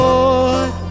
Lord